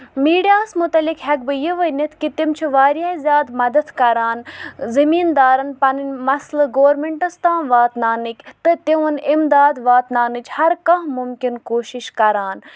media ہَس مُتعلِق ہیٚکہٕ بہٕ یہِ ؤنِتھ کہِ تِم چھِ واریاہ زیادٕ مدد کران زٔمیٖن دارن پَنٕنۍ مَسلہٕ گورمینٹس تام واتناونٕکۍ تہٕ تِہُنٛد اِمداد واتناونٕچ ہر کانٛہہ مُمکِن کوٗشِش کران